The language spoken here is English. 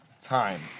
time